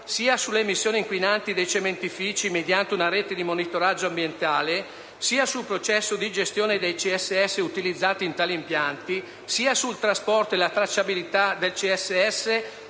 sia sulle emissioni inquinanti dei cementifici mediante una rete di monitoraggio ambientale sia sul processo di gestione dei CSS utilizzati in tali impianti sia sul trasporto e la tracciabilità del CSS,